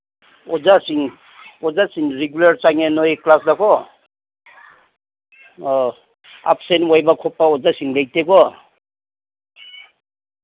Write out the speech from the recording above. ꯑꯣꯖꯥꯁꯤꯡ ꯑꯣꯖꯥꯁꯤꯡ ꯔꯤꯒꯨꯂꯔ ꯆꯪꯉꯦ ꯅꯣꯏꯒꯤ ꯀ꯭ꯂꯥꯁꯇ ꯀꯣ ꯑꯥ ꯑꯦꯞꯁꯦꯟ ꯑꯣꯏꯕ ꯈꯣꯠꯄ ꯑꯣꯖꯥꯁꯤꯡ ꯂꯩꯇꯦ ꯀꯣ